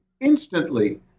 instantly